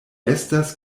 estas